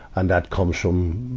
and that comes from,